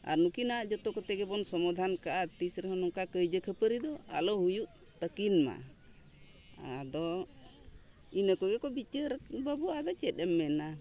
ᱟᱨ ᱱᱩᱠᱤᱱᱟᱜ ᱡᱚᱛᱚ ᱠᱚᱛᱮ ᱜᱮᱵᱚᱱ ᱥᱚᱢᱟᱫᱷᱟᱱ ᱠᱟᱜᱼᱟ ᱛᱤᱥ ᱨᱮᱦᱚᱸ ᱱᱚᱝᱠᱟ ᱠᱟᱹᱭᱡᱟᱹ ᱠᱷᱟᱹᱯᱟᱹᱨᱤ ᱫᱚ ᱟᱞᱚ ᱦᱩᱭᱩᱜ ᱛᱟᱹᱠᱤᱱᱼᱢᱟ ᱟᱫᱚ ᱤᱱᱟᱹ ᱠᱚᱜᱮ ᱠᱚ ᱵᱤᱪᱟᱹᱨ ᱵᱟᱹᱵᱩ ᱟᱫᱚ ᱪᱮᱫ ᱮᱢ ᱢᱮᱱᱟ